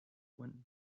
went